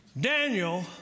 Daniel